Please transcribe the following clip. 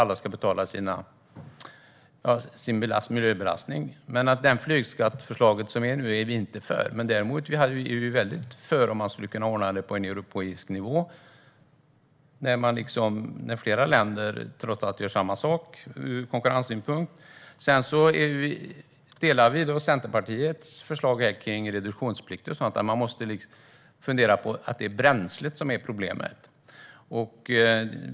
Alla ska betala för sin miljöbelastning. Vi är inte för det förslag på flygskatt som nu har lagts fram. Däremot är vi väldigt mycket för om man skulle kunna ordna det på en europeisk nivå - ur konkurrenssynpunkt - så att flera länder gör samma sak. Vi stöder Centerpartiets förslag om reduktionsplikter. Man måste tänka på att det är bränslet som är problemet.